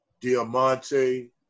Diamante